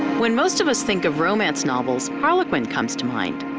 when most of us think of romance novels, harlequin comes to mind,